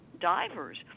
divers